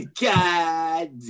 God